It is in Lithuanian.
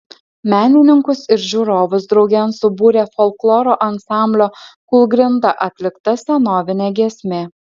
menininkus ir žiūrovus draugėn subūrė folkloro ansamblio kūlgrinda atlikta senovinė giesmė